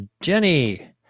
Jenny